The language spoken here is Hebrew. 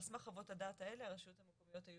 על סמך חוות הדעת האלה רשויות היו